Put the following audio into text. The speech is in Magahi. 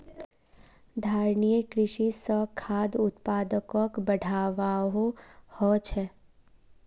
धारणिये कृषि स खाद्य उत्पादकक बढ़ववाओ ह छेक